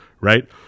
right